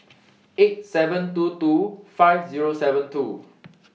eight seven two two five Zero seven two